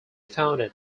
founded